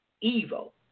evil